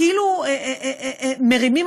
כאילו מרימים,